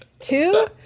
two